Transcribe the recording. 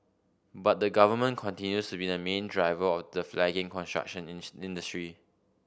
but the Government continues to be the main driver of the flagging construction industry